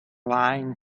lying